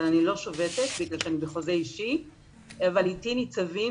אני לא שובתת בגלל שאני בחוזה אישי אבל אתי ניצבים,